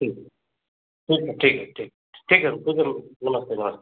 ठीक ठीक है ठीक है ठीक ठीक है खुश रहो नमस्ते नमस